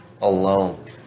alone